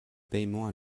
paiement